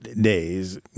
days